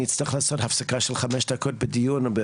אני אצטרך לעשות הפסקה של חמש דקות בדיון,